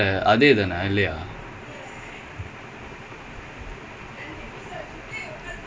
அதே தான் அதே தான்:athae dhaan athae dhaan it's just that it's a lot more minute leh அதுல்லாம்:athullaam it's like